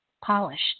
polished